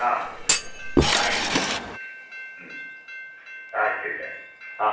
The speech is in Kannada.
ಹಾಂ ಆಗಲಿ ಸರ್ ಹ್ಞೂ ಆಯಿತು ಸರ್ ಹಾಂ